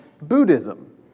Buddhism